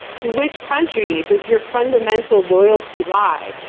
to which country does your fundamental loyalty lie?